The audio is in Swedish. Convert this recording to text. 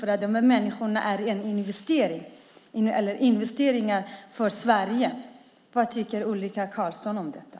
Dessa människor är investeringar för Sverige. Vad tycker Ulrika Carlsson om detta?